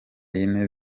yine